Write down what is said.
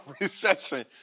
recession